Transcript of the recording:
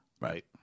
Right